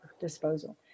disposal